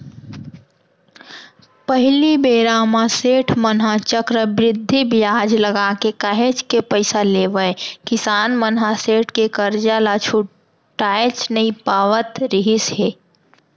पहिली बेरा म सेठ मन ह चक्रबृद्धि बियाज लगाके काहेच के पइसा लेवय किसान मन ह सेठ के करजा ल छुटाएच नइ पावत रिहिस हे